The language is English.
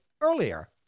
earlier